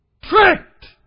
tricked